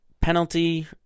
penalty